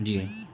جی ہاں